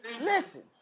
Listen